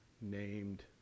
named